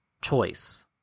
choice